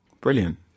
Brilliant